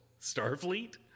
Starfleet